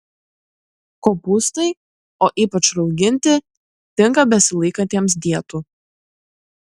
kopūstai o ypač rauginti tinka besilaikantiems dietų